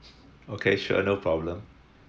okay sure no problem